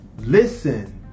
listen